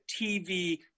TV